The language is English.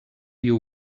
you